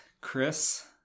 Chris